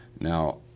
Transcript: Now